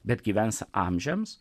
bet gyvens amžiams